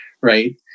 right